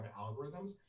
algorithms